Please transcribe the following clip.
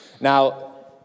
Now